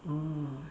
oh